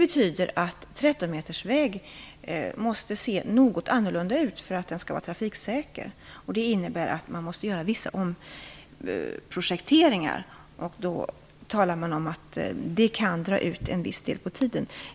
En 13-metersväg måste se något annorlunda ut för att den skall vara trafiksäker. Det innebär att man måste göra vissa omprojekteringar, och det kan dra ut litet på tiden.